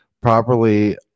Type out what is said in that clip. properly